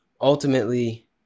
Ultimately